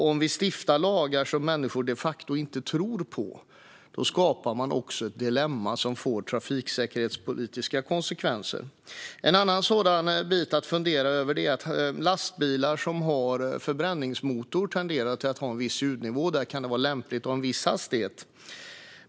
Om vi stiftar lagar som människor de facto inte tror på skapar vi ett dilemma som får trafiksäkerhetspolitiska konsekvenser. En annan sådan bit att fundera över är att lastbilar som har förbränningsmotor tenderar att ha en viss ljudnivå. Då kan det vara lämpligt att ha en viss hastighet.